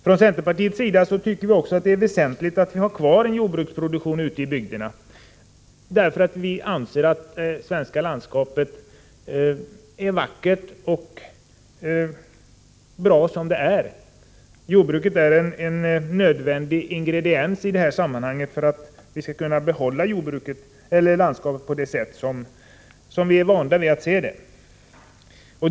Från centerpartiets sida anser vi att det är väsentligt att ha kvar jordbruksproduktion ute i bygderna, eftersom vi anser att det svenska 61 landskapet är vackert och bra som det är. Jordbruket är en nödvändig ingrediens för att kunna vidmakthålla landskapet sådant som vi är vana att se det.